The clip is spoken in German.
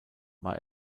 war